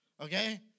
Okay